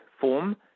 form